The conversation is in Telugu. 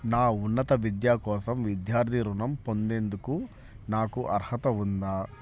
నా ఉన్నత విద్య కోసం విద్యార్థి రుణం పొందేందుకు నాకు అర్హత ఉందా?